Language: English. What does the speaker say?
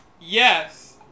Yes